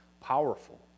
powerful